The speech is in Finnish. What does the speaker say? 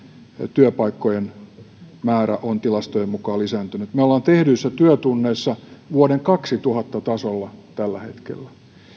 työpaikkojen määrä on tilastojen mukaan lisääntynyt me olemme tehdyissä työtunneissa vuoden kaksituhatta tasolla tällä hetkellä